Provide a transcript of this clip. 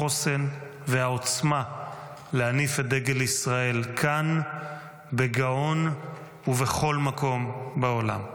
החוסן והעוצמה להניף את דגל ישראל כאן בגאון ובכל מקום בעולם.